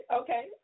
okay